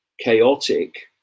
chaotic